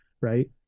Right